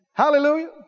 hallelujah